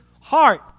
heart